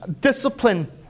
discipline